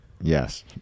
Yes